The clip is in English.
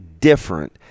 different